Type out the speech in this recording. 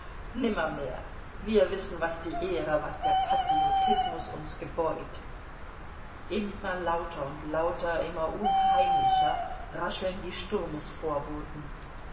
nimmermehr wir wissen was die ehre was der patriotismus uns gebeut immer lauter und lauter immer unheimlicher rascheln die